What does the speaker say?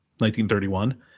1931